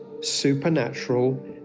supernatural